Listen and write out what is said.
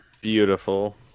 Beautiful